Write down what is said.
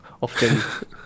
often